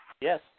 Yes